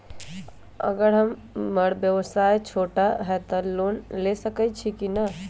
अगर हमर व्यवसाय छोटा है त हम लोन ले सकईछी की न?